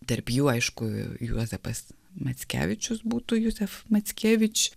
tarp jų aišku juozapas mackevičius būtų juzef mackevič